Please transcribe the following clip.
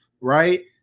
right